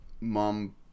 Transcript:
Mom